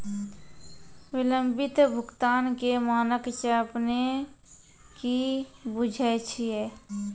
विलंबित भुगतान के मानक से अपने कि बुझै छिए?